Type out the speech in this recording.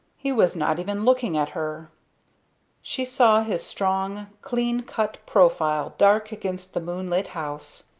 he was not even looking at her she saw his strong, clean-cut profile dark against the moonlit house,